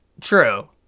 True